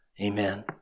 Amen